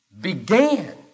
began